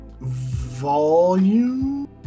Volume